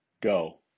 Go